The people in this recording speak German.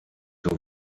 zur